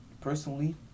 personally